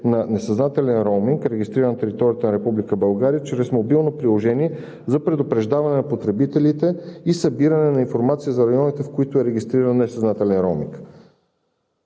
на несъзнателен роуминг, регистриран на територията на Република България чрез мобилно приложение, за предупреждаване на потребителите и събиране на информация за районите, в които е регистриран несъзнателен роуминг.